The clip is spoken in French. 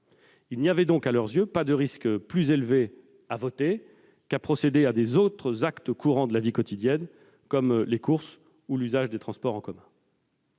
Il n'y avait donc, à leurs yeux, pas de risque plus élevé à voter qu'à procéder à des actes courants de la vie quotidienne, comme faire les courses ou emprunter les transports en commun.